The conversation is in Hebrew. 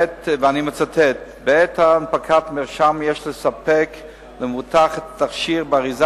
ואני מצטט: "בעת הנפקת מרשם יש לספק למבוטח את התכשיר באריזה